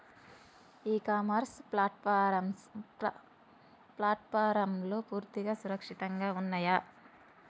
ఇ commerce ప్లాట్ఫారమ్లు పూర్తిగా సురక్షితంగా ఉన్నయా?